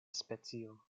specio